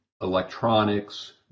electronics